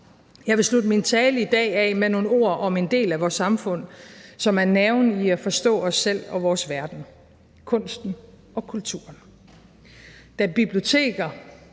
Jeg vil slutte min tale i dag af med nogle ord om en del af vores samfund, som er nerven i at forstå os selv og vores verden; kunsten og kulturen. Da biblioteker,